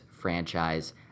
franchise